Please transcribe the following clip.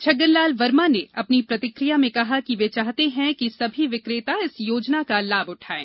छगनलाल वर्मा ने अपनी प्रतिक्रिया में कहा कि वे चाहते है कि सभी विक्रेता इस योजना का लाभ उठायें